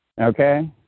Okay